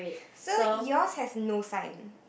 so yours has no sign